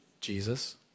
Jesus